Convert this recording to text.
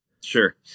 Sure